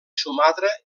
sumatra